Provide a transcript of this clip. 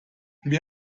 wir